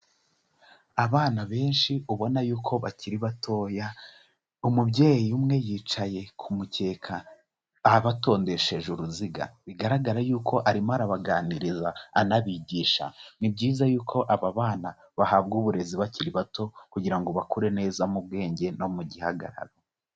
Abana benshi ubona yuko bakiri batoya, umubyeyi umwe yicaye ku mukeka abatondesheje uruziga, bigaragara yuko arimo arabaganiriza anabigisha, ni byiza yuko aba bana bahabwa uburezi bakiri bato kugira ngo bakure neza mu bwenge no mu gihagararo.